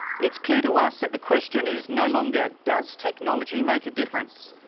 it's clear to us that the question is no longer does technology make a difference,